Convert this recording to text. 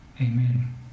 Amen